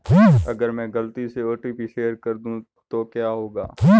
अगर मैं गलती से ओ.टी.पी शेयर कर दूं तो क्या होगा?